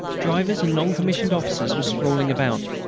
drivers and non-commissioned officers were sprawling about,